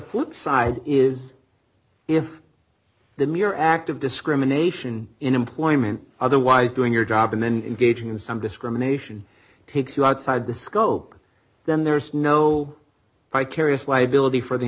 flip side is if the mere act of discrimination in employment otherwise doing your job and then engaging in some discrimination takes you outside the scope then there's no vicarious liability for the